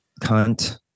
cunt